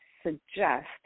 suggest